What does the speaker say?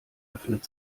öffnet